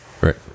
Right